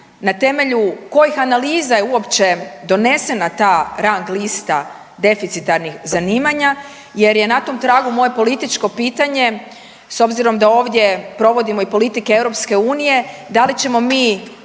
na temelju kojih analiza je uopće donesena ta rang lista deficitarnih zanimanja jer je na tom tragu moje političko pitanje, s obzirom da ovdje provodimo i politike EU, da li ćemo mi